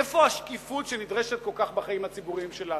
איפה השקיפות שנדרשת כל כך בחיים הציבוריים שלנו?